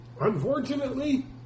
Unfortunately